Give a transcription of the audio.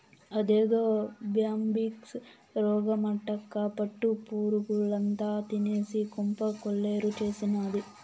అదేదో బ్యాంబిక్స్ రోగమటక్కా పట్టు పురుగుల్నంతా తినేసి కొంప కొల్లేరు చేసినాది